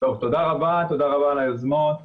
תודה רבה על היוזמה,